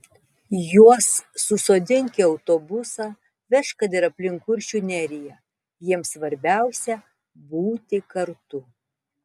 juos susodink į autobusą vežk kad ir aplink kuršių neriją jiems svarbiausia būti kartu